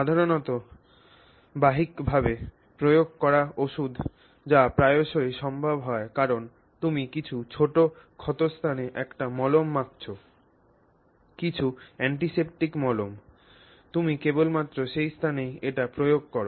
সাধারণত বাহ্যিকভাবে প্রয়োগ করা ওষুধে যা প্রায়শই সম্ভব হয় কারণ তুমি কিছু ছোট ক্ষতস্থানে একটি মলম মাখছ কিছু অ্যান্টিসেপটিক মলম তুমি কেবলমাত্র সেই স্থানেই এটি প্রয়োগ কর